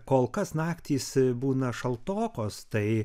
kol kas naktys būna šaltokos tai